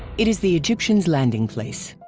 it is the egyptians landing place.